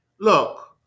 look